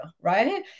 Right